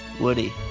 Woody